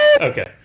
Okay